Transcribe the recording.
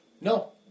No